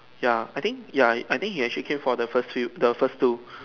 ya I think ya I think he actually came for the three the first two